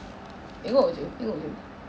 tengok jer tengok jer